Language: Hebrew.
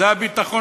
זה הביטחון